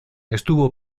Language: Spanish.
estuvo